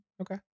Okay